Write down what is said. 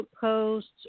posts